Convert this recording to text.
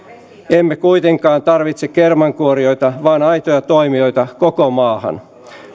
emme kuitenkaan tarvitse kermankuorijoita vaan aitoja toimijoita koko maahan